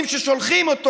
השחיתות".